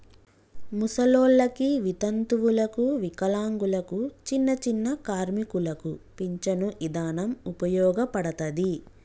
ముసలోల్లకి, వితంతువులకు, వికలాంగులకు, చిన్నచిన్న కార్మికులకు పించను ఇదానం ఉపయోగపడతది